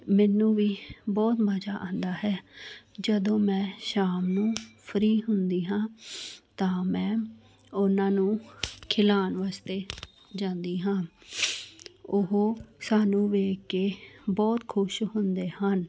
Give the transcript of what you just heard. ਮੈਨੂੰ ਵੀ ਬਹੁਤ ਮਜ਼ਾ ਆਉਂਦਾ ਹੈ ਜਦੋਂ ਮੈਂ ਸ਼ਾਮ ਨੂੰ ਫਰੀ ਹੁੰਦੀ ਹਾਂ ਤਾਂ ਮੈਂ ਉਹਨਾਂ ਨੂੰ ਖਿਲਾਣ ਵਾਸਤੇ ਜਾਂਦੀ ਹਾਂ ਉਹ ਸਾਨੂੰ ਵੇਖ ਕੇ ਬਹੁਤ ਖੁਸ਼ ਹੁੰਦੇ ਹਨ